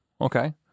okay